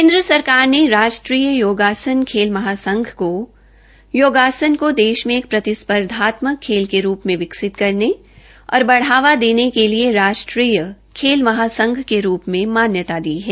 केन्द्र सरकार ने राष्ट्रीय योगासन खेल परिसंघ को योगासन को देश मे एक प्रतिस्पर्धात्मक खेल के रूप में विकसित करने और बढ़ावा देने के लिए राष्ट्रीय खेल महासंघ के रूप में मान्यता दी है